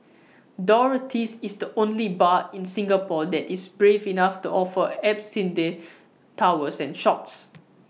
Dorothy's is the only bar in Singapore that is brave enough to offer absinthe towers and shots